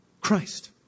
Christ